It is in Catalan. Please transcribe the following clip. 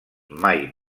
mai